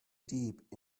deep